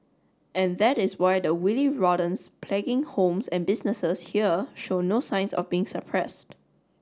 and that is why the wily rodents plaguing homes and businesses here show no signs of being suppressed